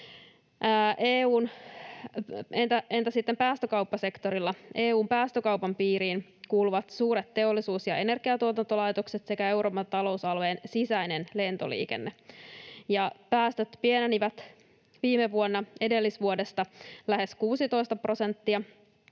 Entä sitten päästökauppasektori? EU:n päästökaupan piiriin kuuluvat suuret teollisuus- ja energiantuotantolaitokset sekä Euroopan talousalueen sisäinen lentoliikenne. Päästöt pienenivät viime vuonna edellisvuodesta lähes 16 prosenttia,